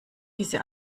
diese